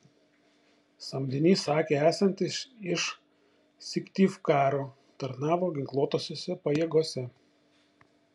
samdinys sakė esantis iš syktyvkaro tarnavo ginkluotosiose pajėgose